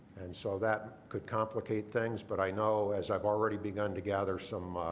and so that could complicate things, but i know as i've already begun to gather some